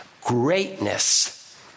greatness